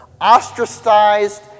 ostracized